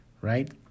right